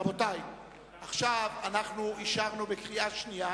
עכשיו אישרנו בקריאה שנייה